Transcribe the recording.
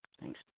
Thanks